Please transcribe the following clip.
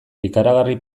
ikaragarri